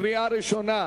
קריאה ראשונה.